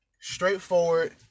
straightforward